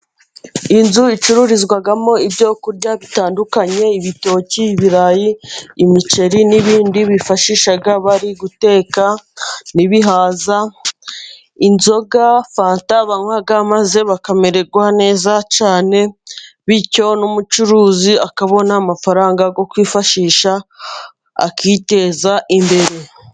Inzu icururizwamo ibyo kurya bitandukanye ibitoki, ibirayi, imiceri n'ibindi bifashisha bari guteka n'ibihaza, inzoga, fanta banywa maze bakamererwa neza cyane bityo n'umucuruzi akabona amafaranga yo kwifashisha akiteza imbere.